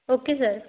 okay sir